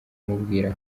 umubwira